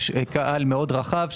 יש קהל מאוד רחב,